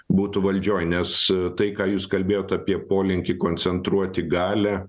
būtų valdžioj nes tai ką jūs kalbėjot apie polinkį koncentruoti galią